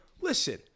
listen